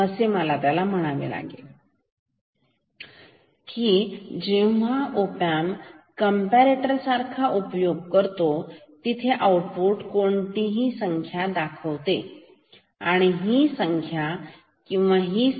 मला असे म्हणायचे आहे की जेव्हा ओ पॅम्पचा कॅम्पारेटर सारखा उपयोग होतो तिथे आउटपुट कोणतीही एक संख्या दर्शविते ही संख्या किंवा ही संख्या